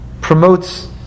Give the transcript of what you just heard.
promotes